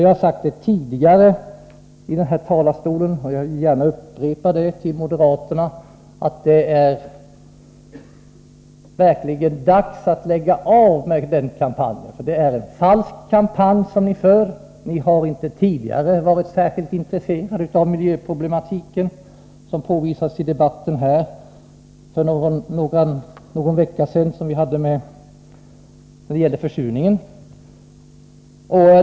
Jag har sagt tidigare här från talarstolen — och jag vill gärna upprepa det för moderaterna — att det verkligen är dags att sluta med den kampanjen. Det är en falsk kampanj som ni för. Ni har inte tidigare varit särskilt intresserade av miljöproblematiken, som påvisades i den debatt som vi för någon vecka sedan hade när det gällde försurningen.